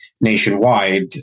nationwide